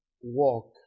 walk